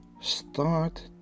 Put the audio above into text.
Start